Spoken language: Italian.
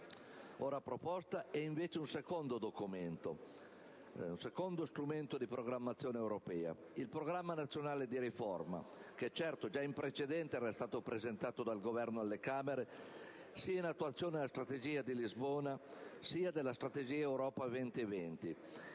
ora proposta, è invece un secondo documento, un secondo strumento di programmazione europea, il Programma nazionale di riforma, che certo già in precedenza era stato presentato dal Governo alle Camere, in attuazione sia della strategia di Lisbona sia della strategia Europa 2020